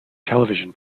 television